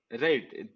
Right